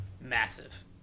massive